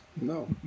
No